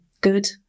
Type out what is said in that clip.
good